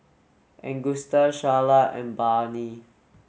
Agusta Sharla and Barnie